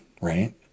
right